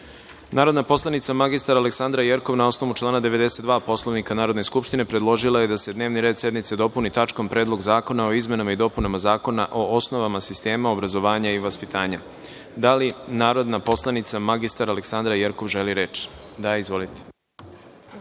Predlog. Narodna poslanica mr Aleksandar Jerkov na osnovu člana 92. Poslovnika Narodne skupštine predložila je da se dnevni red sednice dopuni tačkom Predlog zakona o izmenama i dopunama Zakona o osnovama sistema obrazovanja i vaspitanja. Da li narodna poslanica mr Aleksandra Jerkov želi reč? Da, izvolite.